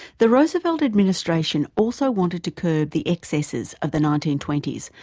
the roosevelt administration also wanted to curb the excesses of the nineteen twenty s,